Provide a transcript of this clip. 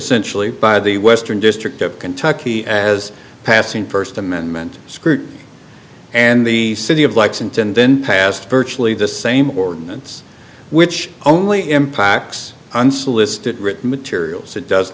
essentially by the western district of kentucky as passing first amendment scrutiny and the city of lexington then passed virtually the same ordinance which only impacts unsolicited written materials that does